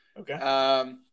Okay